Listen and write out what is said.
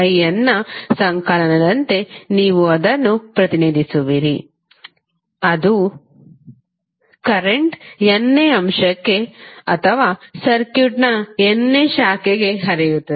in ನ ಸಂಕಲನದಂತೆ ನೀವು ಅದನ್ನು ಪ್ರತಿನಿಧಿಸುವಿರಿ ಅದು ಕರೆಂಟ್ n ನೇ ಅಂಶಕ್ಕೆ ಅಥವಾ ಸರ್ಕ್ಯೂಟ್ನ n ನೇ ಶಾಖೆಗೆ ಹರಿಯುತ್ತದೆ